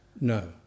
No